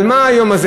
על מה היום הזה?